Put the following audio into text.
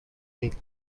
make